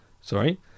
sorry